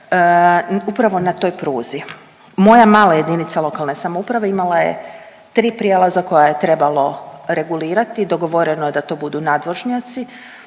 upravo na toj pruzi. Moja mala jedinica lokalne samouprave imala je 3 prijelaza koja je trebalo regulirati, dogovoreno je da to budu nadvožnjaci,